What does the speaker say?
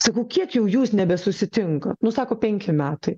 sakau kiek jau jūs nebesusitinkat nu sako penki metai